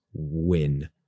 win